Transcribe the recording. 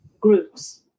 groups